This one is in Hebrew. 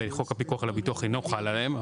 וחוק הפיקוח על הביטוח אינו חל עליהן.